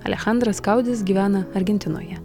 alechandras kaudis gyvena argentinoje